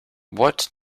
what